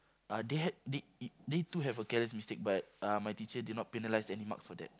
uh they had they it they too had a careless mistake but uh my teacher did not penalise any marks for that